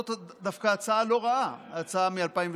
זאת דווקא הצעה לא רעה, ההצעה מ-2012.